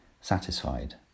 satisfied